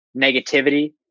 negativity